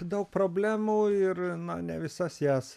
daug problemų ir na ne visas jas